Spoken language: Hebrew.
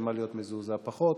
ממה להיות מזועזע פחות.